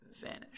vanish